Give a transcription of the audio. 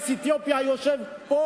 קייס אתיופי היושב פה,